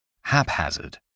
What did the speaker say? haphazard